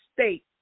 state